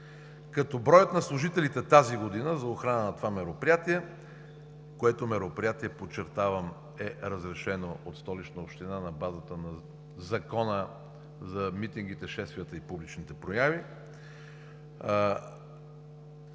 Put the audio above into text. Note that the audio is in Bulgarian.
като броят на служителите тази година за охрана на това мероприятие, което мероприятие, подчертавам, е разрешено от Столичната община на базата на Закона за митингите, шествията и публичните прояви,